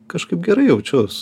kažkaip gerai jaučiuos